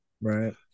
right